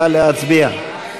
נא להצביע.